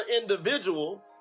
individual